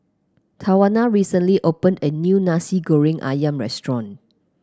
Tawana recently opened a new Nasi Goreng ayam restaurant